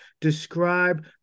describe